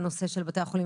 לאט